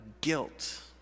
guilt